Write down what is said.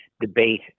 debate